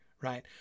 right